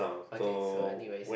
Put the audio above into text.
okay so anyways